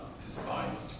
despised